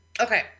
Okay